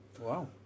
Wow